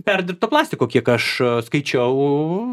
perdirbto plastiko kiek aš skaičiau